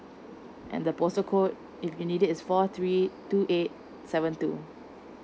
and the postal code if you need is four three two eight seven two